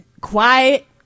quiet